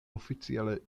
oficiale